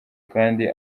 kandi